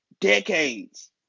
decades